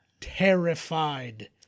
terrified